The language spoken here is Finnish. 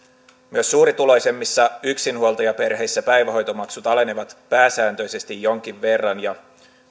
myös suurituloisemmissa yksinhuoltajaperheissä päivähoitomaksut alenevat pääsääntöisesti jonkin verran ja